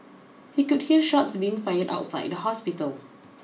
he could hear shots being fired outside the hospital